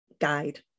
guide